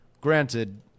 granted